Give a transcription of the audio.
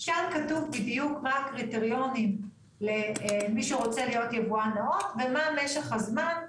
שם כתוב בדיוק מה הקריטריונים למי שרוצה להיות יבואן נאות ומה משך הזמן,